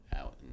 out